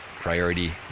priority